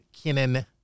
Kinnan